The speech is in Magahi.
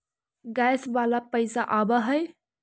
गैस वाला पैसा आव है?